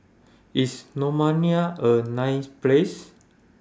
IS Romania A nice Place